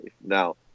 Now